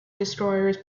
destroyers